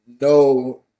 no